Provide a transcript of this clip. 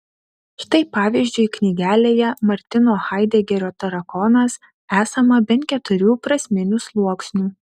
štai pavyzdžiui knygelėje martino haidegerio tarakonas esama bent keturių prasminių sluoksnių